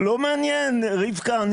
לא מעניין, רבקה.